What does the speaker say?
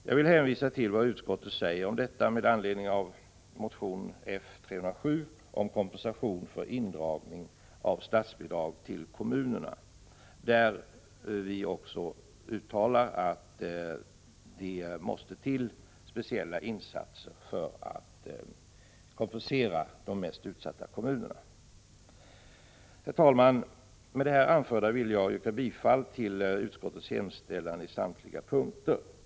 Jag vill hänvisa till vad utskottet säger om detta med anledning av motion Fi307 om kompensation för indragning av statsbidrag till kommunerna, där vi också uttalar att det måste till speciella insatser för att kompensera de mest utsatta kommunerna. Herr talman! Med det anförda vill jag yrka bifall till utskottets hemställan på samtliga punkter.